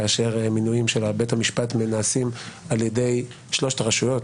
כאשר מינויים של בית המשפט נעשים על ידי שלושת הרשויות.